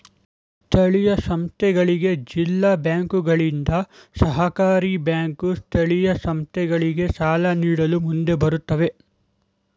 ಸ್ಥಳೀಯ ಸಂಸ್ಥೆಗಳಿಗೆ ಜಿಲ್ಲಾ ಬ್ಯಾಂಕುಗಳಿಂದ, ಸಹಕಾರಿ ಬ್ಯಾಂಕ್ ಸ್ಥಳೀಯ ಸಂಸ್ಥೆಗಳಿಗೆ ಸಾಲ ನೀಡಲು ಮುಂದೆ ಬರುತ್ತವೆ